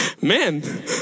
man